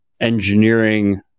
engineering